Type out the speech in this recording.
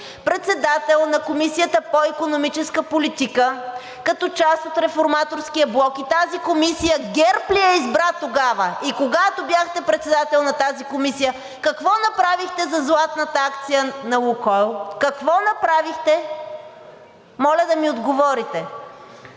председател на Комисията по икономическа политика като част от Реформаторския блок и тази комисия ГЕРБ ли я избра тогава? И когато бяхте председател на тази комисия, какво направихте за златната акция на „Лукойл“?! Какво направихте?! Моля да ми отговорите!